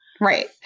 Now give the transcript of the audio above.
Right